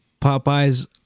Popeyes